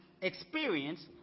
experience